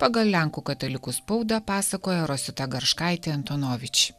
pagal lenkų katalikų spaudą pasakoja rosita garškaitė antonovič